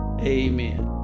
Amen